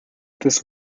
this